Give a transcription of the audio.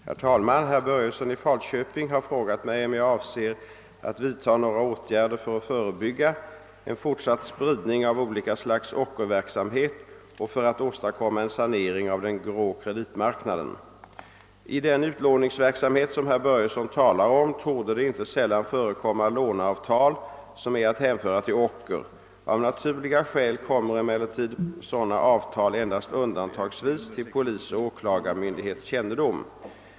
Herr talman! Herr Börjesson i Falköping har frågat mig om jag avser att vidtaga några åtgärder för att förebygga en fortsatt spridning av olika slags ockerverksamhet och för att åstadkomma en sanering av den grå kreditmarknaden. I den utlåningsverksamhet som herr Börjesson talar om torde det inte sällan förekomma låneavtal, som är att hänföra till ocker. Av naturliga skäl kommer emellertid sådana avtal endast undantagsvis till polisoch åklagarmyndighets kännedom.